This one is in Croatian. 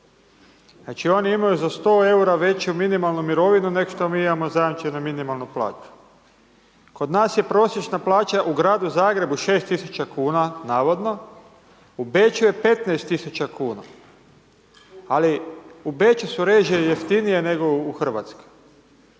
Znači oni imaju za 100 EUR-a veću minimalnu mirovinu nek što mi imamo zajamčenu minimalnu plaću. Kod nas je prosječna plaća u gradu Zagrebu 6 tisuća kuna navodno, u Beču je 15 tisuća kuna ali u Beču su režije jeftinije nego u Hrvatskoj.